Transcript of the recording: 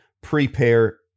Prepare